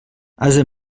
ase